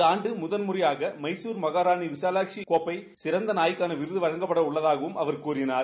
இந்த ஆண்டு முதன்முறையாக மைசூர் மகாராணி விசாலாட்சி கோப்பை சிறந்த நாய்க்கான விருது வழங்கப்படவுள்ளதாகவும் அவர் கூறினார்